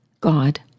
God